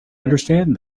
understand